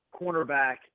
cornerback